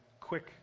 Quick